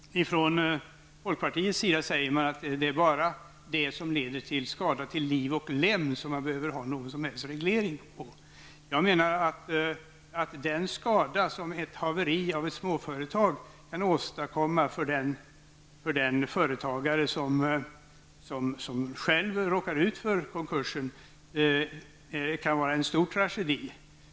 Folkpartisterna säger att bara det som leder till skada till liv och lem kräver reglering. Jag menar att den skada som ett haveri i ett småföretag kan åstadkomma för den företagare som själv råkar ut för konkurs kan vara en stor tragedi.